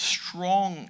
strong